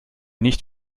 nicht